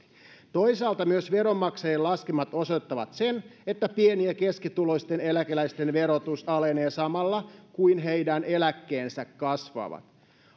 toisaalta myös veronmaksajien laskelmat osoittavat sen että pieni ja keskituloisten eläkeläisten verotus alenee samalla kun heidän eläkkeensä kasvavat